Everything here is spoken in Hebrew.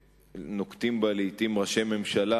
שנוקטים אותה לעתים ראשי ממשלה,